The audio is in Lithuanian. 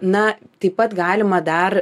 na taip pat galima dar